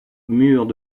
murs